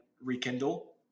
rekindle